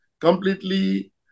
completely